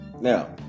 now